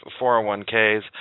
401ks